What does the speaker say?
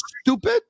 stupid